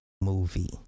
movie